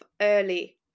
early